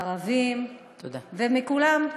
של ערבים, כולם.